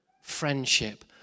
friendship